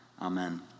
Amen